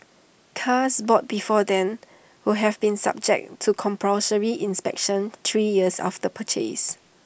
cars bought before then will have been subject to compulsory inspections three years after purchase